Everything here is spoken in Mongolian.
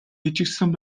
хийчихсэн